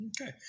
Okay